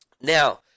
Now